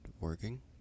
working